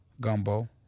Gumbo